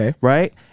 right